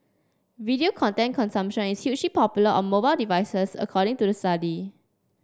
video content consumption is huge popular on mobile devices according to the study